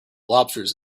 lobsters